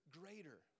greater